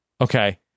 Okay